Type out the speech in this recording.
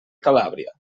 calàbria